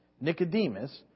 Nicodemus